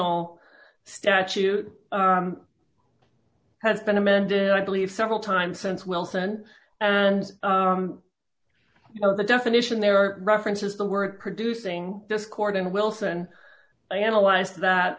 al statute has been amended i believe several times since wilson and the definition there are references the word producing discord and wilson i analyze that